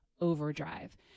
overdrive